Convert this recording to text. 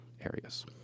areas